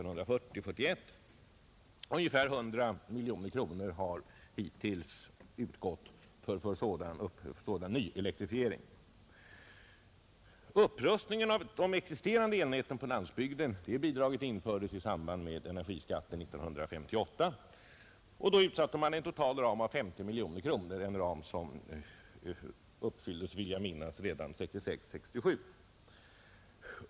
30 april 1971 Ungefär 100 miljoner kronor har hittills utbetalats för nyelektrifiering. —L Bidraget för upprustning av de existerande näten på landsbygden infördes Främjande av landsi samband med energiskatten 1958, och då utsatte man en total ram på bygdens elektrifi 50 miljoner kronor, en ram som uppfylldes, vill jag minnas, redan ering 1966/67.